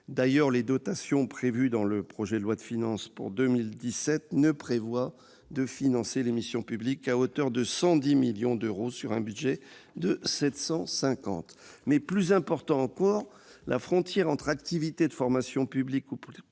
D'ailleurs, les dotations prévues dans le projet de loi de finances pour 2017 ne prévoient de financer les missions de service public qu'à hauteur de 110 millions d'euros sur un budget de 750 millions d'euros. Plus important encore, la frontière entre activités de formation publique ou privée